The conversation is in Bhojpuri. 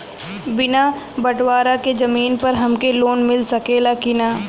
बिना बटवारा के जमीन पर हमके लोन मिल सकेला की ना?